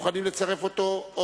אנחנו מוכנים לצרף אותו,